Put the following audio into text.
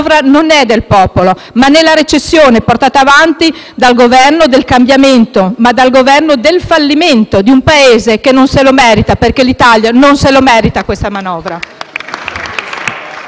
manovra del popolo, ma della recessione, portata avanti dal Governo non del cambiamento ma del fallimento di un Paese che non se lo merita. Perché l'Italia non si merita questa manovra.